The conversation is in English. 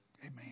Amen